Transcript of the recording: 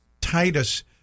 Titus